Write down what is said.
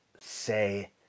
say